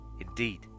indeed